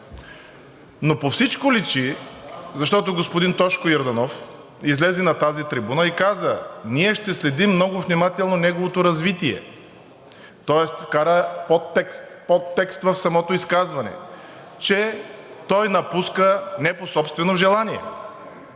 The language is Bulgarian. Но по всичко личи, защото господин Тошко Йорданов излезе на тази трибуна и каза: „Ние ще следим много внимателно неговото развитие“, тоест вкара подтекст в самото изказване, че той напуска не по собствено желание,